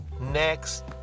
next